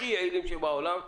הכי יעילים שבעולם,